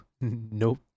Nope